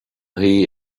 shuí